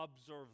observe